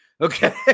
Okay